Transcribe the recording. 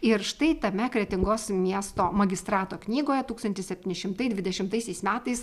ir štai tame kretingos miesto magistrato knygoje tūkstantis septyni šimtai dvidešimtaisiais metais